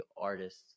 artists